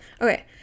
Okay